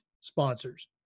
sponsors